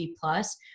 plus